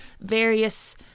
various